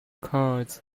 curls